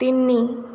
ତିନି